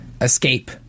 escape